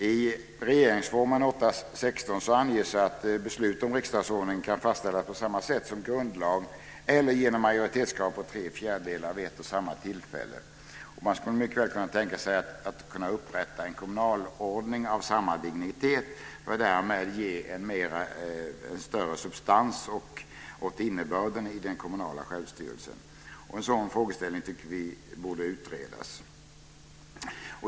I regeringsformen 8:16 anges att beslut om riksdagsordningen kan fastställas på samma sätt som grundlag eller genom ett majoritetskrav på tre fjärdedelar vid ett och samma tillfälle. Det skulle mycket väl kunna tänkas att upprätta en "kommunalordning" av samma dignitet och därmed ge en större substans åt innebörden i den kommunala självstyrelsen. Den frågan borde utredas.